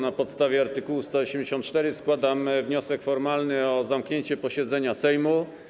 Na podstawie art. 184 składam wniosek formalny o zamknięcie posiedzenia Sejmu.